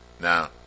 Now